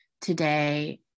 today